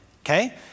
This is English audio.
Okay